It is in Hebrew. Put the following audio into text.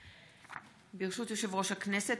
ברשות יושב-ראש הכנסת,